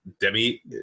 Demi